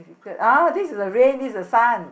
uh this is the rain this is the sun